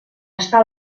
està